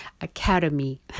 academy